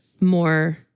more